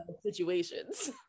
situations